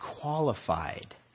qualified